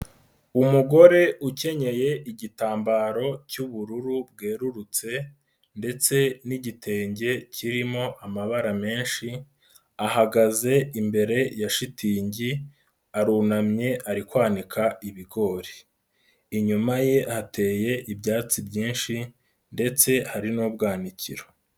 Umugore ukenyeye igitambaro cy'ubururu bwerurutse ndetse n'igitenge kirimo amabara menshi ahagaze imbere ya shitingi arunamye ari kwanika ibigori, inyuma ye hateye ibyatsi byinshi ndetse hari n'ubwanikiro.